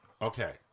Okay